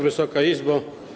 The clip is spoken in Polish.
Wysoka Izbo!